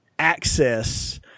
access